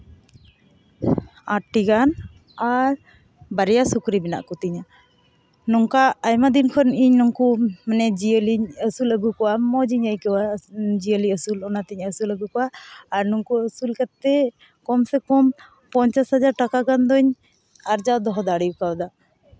ᱟᱴ ᱴᱤ ᱜᱟᱱ ᱟᱨ ᱵᱟᱨᱭᱟ ᱥᱩᱠᱨᱤ ᱢᱮᱱᱟᱜ ᱠᱚᱛᱤᱧᱟ ᱱᱚᱝᱠᱟ ᱟᱭᱢᱟ ᱫᱤᱱ ᱠᱷᱚᱱ ᱤᱧ ᱱᱩᱠᱩ ᱢᱟᱱᱮ ᱡᱤᱭᱟᱹᱞᱤᱧ ᱟᱹᱥᱩᱞ ᱟᱜᱩ ᱠᱚᱣᱟ ᱢᱚᱡᱤᱧ ᱟᱹᱭᱠᱟᱹᱣᱟ ᱡᱤᱭᱟᱹᱞᱤ ᱟᱹᱥᱩᱞ ᱚᱱᱟᱛᱤᱧ ᱟᱹᱥᱩᱞ ᱟᱹᱜᱩ ᱠᱚᱣᱟ ᱟᱨ ᱱᱩᱠᱩ ᱟᱹᱥᱩᱞ ᱠᱟᱛᱮᱫ ᱠᱚᱢ ᱥᱮ ᱠᱚᱢ ᱯᱚᱧᱪᱟᱥ ᱦᱟᱡᱟᱨ ᱴᱟᱠᱟ ᱜᱟᱱ ᱫᱩᱧ ᱟᱨᱡᱟᱣ ᱫᱚᱦᱚ ᱫᱟᱲᱮ ᱠᱟᱣᱫᱟ